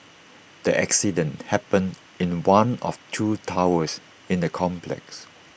the accident happened in one of two towers in the complex